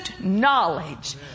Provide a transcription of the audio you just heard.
knowledge